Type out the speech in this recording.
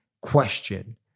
question